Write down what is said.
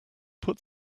put